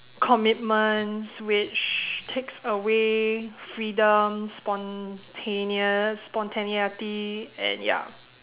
commitments which takes away freedom spontaneous spontaneity and ya